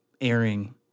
airing